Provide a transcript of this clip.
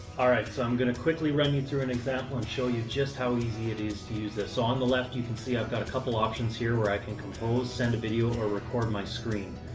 all right, so i'm going to quickly run you through an example and show you just how easy it is to use this. on the left you can see i've got a couple options here where i can compose, send a video or record my screen.